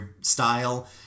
style